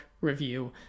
review